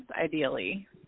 ideally